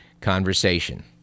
conversation